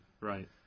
right